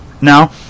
now